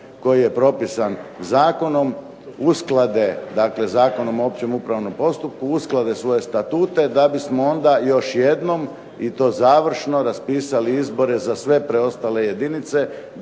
koji je propisan zakonom, dakle Zakon o općem upravnom postupku usklade svoje statute da bismo onda još jednom i to završno raspisali izbore za sve preostale jedinice